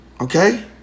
Okay